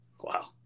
wow